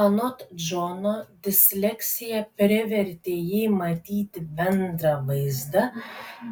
anot džono disleksija privertė jį matyti bendrą vaizdą